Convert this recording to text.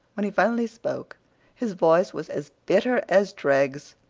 when he finally spoke his voice was as bitter as dregs.